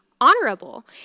honorable